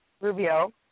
Rubio